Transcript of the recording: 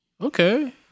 Okay